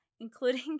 including